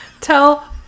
tell